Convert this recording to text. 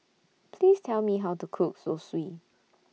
Please Tell Me How to Cook Zosui